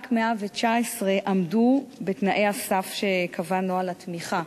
רק 119 עמדו בתנאי הסף שקבע נוהל התמיכה